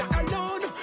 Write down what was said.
alone